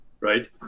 right